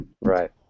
Right